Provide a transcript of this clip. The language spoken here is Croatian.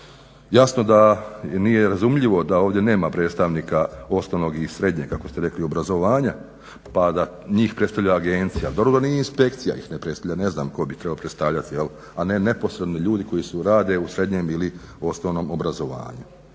jasno da nije razumljivo da ovdje nema predstavnika osnovnog i srednjeg obrazovanja pa da njih predstavlja agencija. Dobro da nije inspekcija ih predstavlja, ne znam tko bi trebao predstavljati a ne neposredni ljudi koji rade u srednjem ili osnovnom obrazovanju.